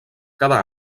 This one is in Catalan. cada